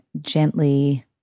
gently